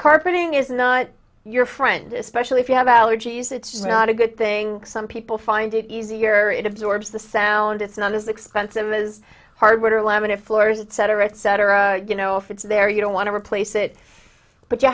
carpeting is not your friend especially if you have allergies it's just not a good thing some people find it easier it absorbs the sound it's not as expensive as hardwood or laminate floors etc etc you know if it's there you don't want to replace it but you